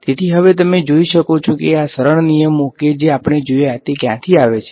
તેથી હવે તમે જોઈ શકો છો કે આ સરળ નિયમો કે જે આપણે જોયા છે તે ક્યાંથી આવે છે